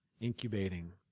incubating